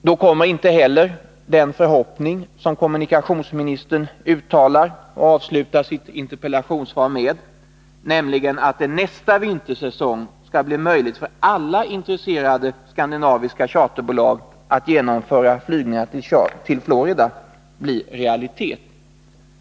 Då kommer inte heller den förhoppning som kommunikationsministern avslutar sitt interpellationssvar med, nämligen att det nästa vintersäsong skall bli möjligt för alla intresserade skandinaviska charterbolag att genomföra flygningar till Florida, att bli realitet.